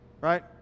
right